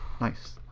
nice